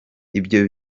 ibyo